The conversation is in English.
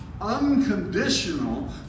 unconditional